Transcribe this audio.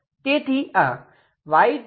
તેથી આ Yy0 છે